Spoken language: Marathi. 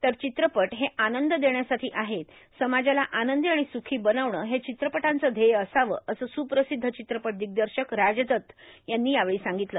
तर चित्रपट हे आनंद देण्यासाठी आहेत समाजाला आनंदी आणि सुखी बनवणं हे चित्रपटांचं ध्येय असावं असं सुप्रसिद्ध चित्रपट दिग्दर्शक राजदत्त यांनी यावेळी सांगितलं